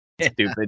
stupid